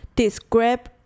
describe